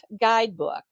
Guidebook